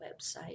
website